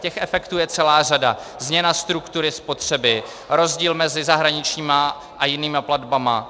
Těch efektů je celá řada: změna struktury spotřeby, rozdíl mezi zahraničními a jinými platbami.